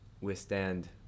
withstand